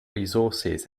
resources